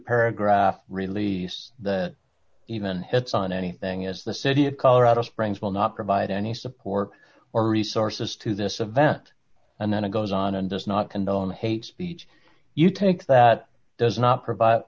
paragraph release that even hits on anything is the city of colorado springs will not provide any support or resources to this event and then it goes on and does not condone hate speech you think that does not provide